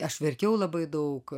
aš verkiau labai daug